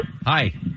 Hi